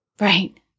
Right